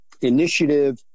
initiative